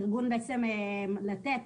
ארגון לתת